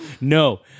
No